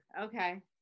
Okay